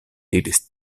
diris